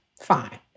fine